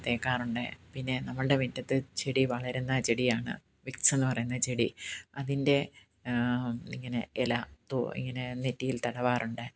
തേക്കാറുണ്ട് പിന്നെ നമ്മളുടെ മുറ്റത്ത് ചെടി വളരുന്ന ചെടിയാണ് വിക്സെന്ന് പറയുന്ന ചെടി അതിൻ്റെ ഇങ്ങനെ ഇല തു ഇങ്ങനെ നെറ്റിയിൽ തടവാറുണ്ട്